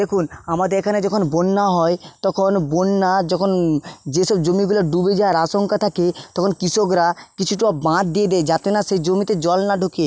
দেখুন আমাদের এখানে যখন বন্যা হয় তখন বন্যা যখন যেসব জমিগুলা ডুবে যাওয়ার আশঙ্কা থাকে তখন কৃষকরা কিছুটা বাঁধ দিয়ে দেয় যাতে না সেই জমিতে জল না ঢোকে